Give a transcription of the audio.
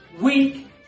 week